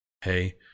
hey